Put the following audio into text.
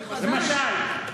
למשל,